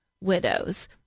widows